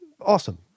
awesome